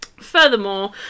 Furthermore